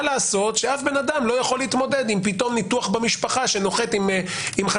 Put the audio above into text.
מה לעשות שאף אדם לא יכול להתמודד עם פתאום ניתוח במשפחה שנוחת חצי